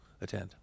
attend